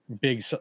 big